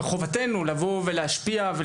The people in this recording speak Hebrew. בחובתנו לבוא, לדבר ולהשפיע שם